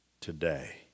today